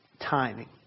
timing